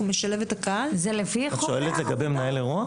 את שואלת לגבי מנהל אירוע?